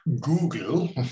Google